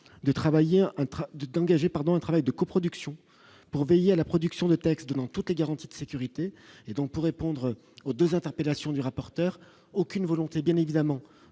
de travailler train d'engager, pardon, un travail de coproduction pour veiller à la production de textes donnant toutes les garanties de sécurité et donc, pour répondre aux 2 interpellations du rapporteur aucune volonté bien évidemment